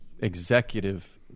executive